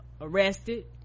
arrested